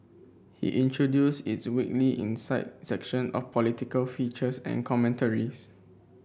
he introduced its weekly Insight section of political features and commentaries